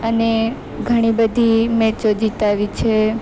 અને ઘણી બધી મેચો જીતાડી છે